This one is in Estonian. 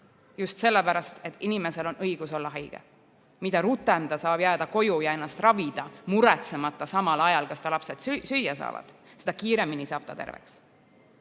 just sellepärast, et inimesel on õigus olla haige – mida rutem ta saab jääda koju ja ennast ravida, muretsemata samal ajal, kas ta lapsed süüa saavad, seda kiiremini saab ta terveks. Teiselt